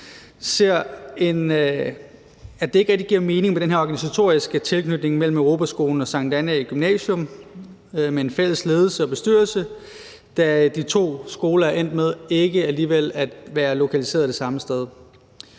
mener, at det ikke rigtig giver mening med den her organisatoriske sammenknytning af Europaskolen og Sankt Annæ Gymnasium med en fælles ledelse og bestyrelse, da de to skoler er endt med alligevel ikke at være lokaliseret det samme sted.